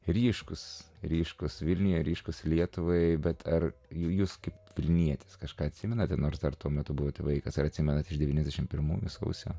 ryškūs ryškūs vilniuje ryškūs lietuvai bet ar jūs kaip vilnietis kažką atsimenate nors dar tuo metu buvote vaikas ar atsimenate iš devyniadešim pirmųjų sausio